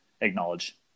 acknowledge